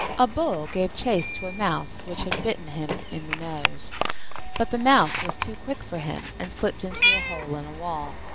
a bull gave chase to a mouse which had bitten him in the nose but the mouse was too quick for him and slipped into a hole in a wall.